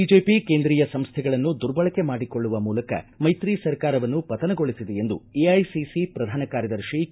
BJP ಕೇಂದ್ರೀಯ ಸಂಸ್ಥೆಗಳನ್ನು ದುರ್ಬಳಕೆ ಮಾಡಿಕೊಳ್ಳುವ ಮೂಲಕ ಮೈತ್ರಿ ಸರ್ಕಾರವನ್ನು ಪತನಗೊಳಿಸಿದೆ ಎಂದು ಎಐಸಿಸಿ ಪ್ರಧಾನ ಕಾರ್ಯದರ್ಶಿ ಕೆ